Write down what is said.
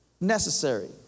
necessary